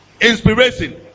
Inspiration